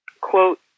Quote